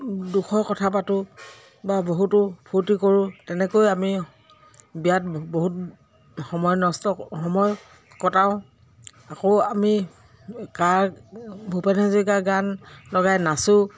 দুখৰ কথা পাতো বা বহুতো ফূৰ্তি কৰোঁ তেনেকৈ আমি বিয়াত বহুত সময় নষ্ট সময় কটাও আকৌ আমি কাৰ ভূপেন হাজৰিকাৰ গান লগাই নাচো